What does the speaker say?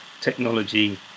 technology